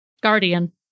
guardian